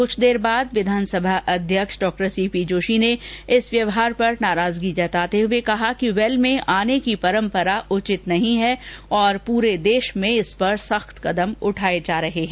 क्छ देर बाद विधानसभा अध्यक्ष सी पी जोशी ने इस व्यवहार पर नाराजगी जताते हुए कहा कि वैल में आने की परम्परा उचित नहीं है और पूरे देश में इस पर सख्त कदम उठाए जा रहे हैं